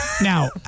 now